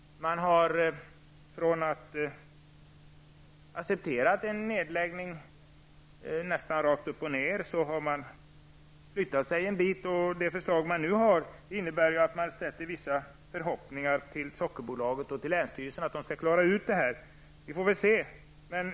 Från att ha accepterat en nedläggning nästan rakt upp och ned har man flyttat sig en bit. Det förslag som de nu har innebär att de sätter vissa förhoppningar om att Sockerbolaget och länsstyrelsen skall klara ut det här. Vi får se.